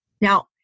Now